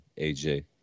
AJ